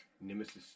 Nemesis